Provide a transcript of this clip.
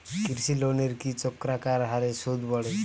কৃষি লোনের কি চক্রাকার হারে সুদ বাড়ে?